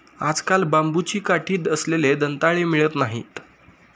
आजकाल बांबूची काठी असलेले दंताळे मिळत नाहीत